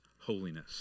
holiness